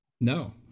No